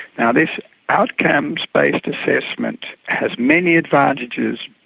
now, this outcomes-based assessment has many advantages,